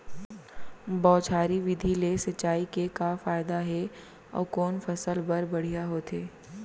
बौछारी विधि ले सिंचाई के का फायदा हे अऊ कोन फसल बर बढ़िया होथे?